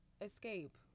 Escape